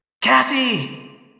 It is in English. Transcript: Cassie